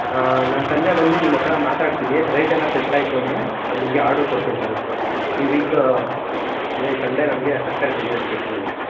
ನಾನು ಸಂಜೆ ಬಂದು ನಿಮ್ಮ ಹತ್ರ ಮಾತಾಡ್ತೀನಿ ರೇಟ್ ಎಲ್ಲ ಸೆಟ್ ಆಯಿತು ಅಂದರೆ ನಾನು ನಿಮಗೆ ಆರ್ಡರ್ ಕೊಡ್ತೀನಿ ಸರ್ ಈ ವೀಕು ಅಂದರೆ ಈ ಸಂಡೆ ನಮಗೆ ತರಕಾರಿ ಡಿಲವರಿ ಕೊಟ್ಟುಬಿಡಿ